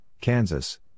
Kansas